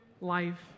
life